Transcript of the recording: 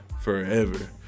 forever